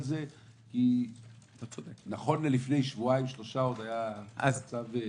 זה כי נכון ללפני שבועיים-שלושה עוד המצב היה